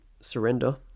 surrender